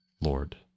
Lord